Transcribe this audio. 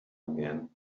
again